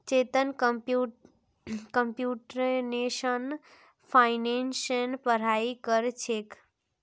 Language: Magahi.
चेतन कंप्यूटेशनल फाइनेंसेर पढ़ाई कर छेक